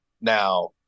Now